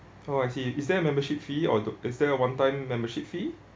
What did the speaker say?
oh I see is there a membership fee or is there a one time membership fee